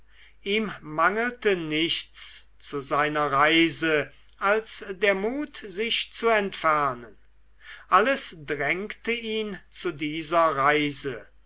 ihm mangelte nichts zu seiner reise als der mut sich zu entfernen alles drängte ihn zu dieser reise